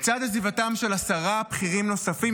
לצד עזיבתם של עשרה בכירים נוספים.